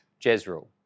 Jezreel